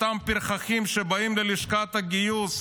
אותם פרחחים שבאים ללשכת הגיוס,